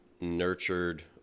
nurtured